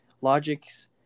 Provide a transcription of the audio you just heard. Logic's